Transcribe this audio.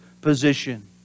position